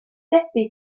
debyg